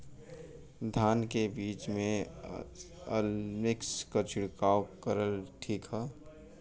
धान के बिज में अलमिक्स क छिड़काव करल ठीक ह?